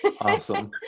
awesome